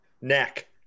Neck